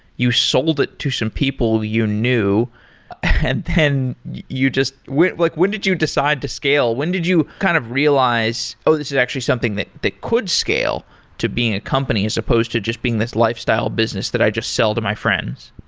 you sold it to some people you knew and then you just when like when did you decide to scale? when did you kind of realized, oh, this is actually something that that could scale to being a company, as opposed to just being this lifestyle business that i just sell to my friends?